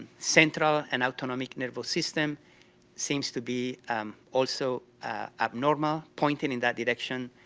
central and autonomic nervous system seems to be also abnormal pointing in that direction,